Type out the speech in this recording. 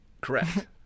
Correct